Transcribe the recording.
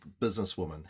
businesswoman